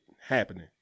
happening